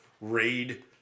raid